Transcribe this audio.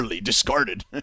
discarded